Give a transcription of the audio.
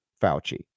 Fauci